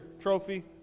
trophy